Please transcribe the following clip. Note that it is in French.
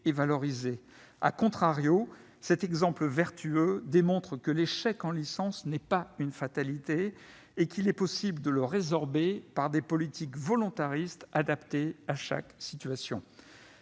valorisée., cet exemple vertueux démontre que l'échec en licence n'est pas une fatalité et qu'il est possible de le résorber par des politiques volontaristes adaptées à chaque situation.